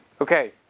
Okay